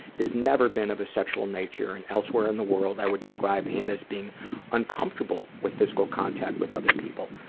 it has never been of a sexual nature and elsewhere in the world, i would describe him as being uncomfortable with physical contact with other people,